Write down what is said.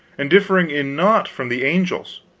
and differing in naught from the angels.